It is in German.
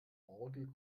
orgel